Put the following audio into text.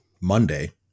Monday